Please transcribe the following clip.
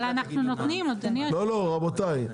לא לא רבותי,